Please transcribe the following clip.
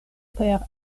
per